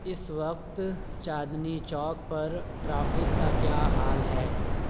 اس وقت چاندنی چوک پر ٹرافک کا کیا حال ہے